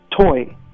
toy